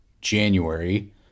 January